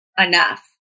enough